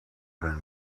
been